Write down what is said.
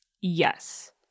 Yes